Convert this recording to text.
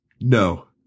No